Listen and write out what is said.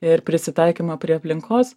ir prisitaikymą prie aplinkos